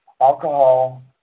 alcohol